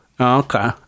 okay